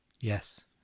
Yes